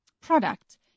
product